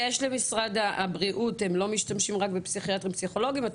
משרד הבריאות לא משתמש רק בפסיכיאטרים ובפסיכולוגים אתה